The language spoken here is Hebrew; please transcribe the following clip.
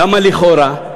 למה לכאורה?